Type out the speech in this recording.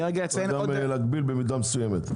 צריך גם להגביל במידה מסוימת.